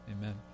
Amen